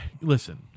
Listen